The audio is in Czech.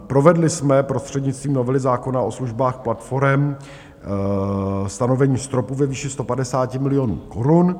Provedli jsme prostřednictvím novely zákona o službách platforem stanovení stropu ve výši 150 milionů korun.